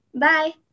Bye